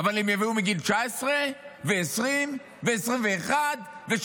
אבל הם יביאו מגיל 19 ו-20 ו-21 ו-30?